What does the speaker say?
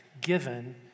given